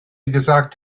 gesagt